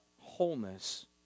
wholeness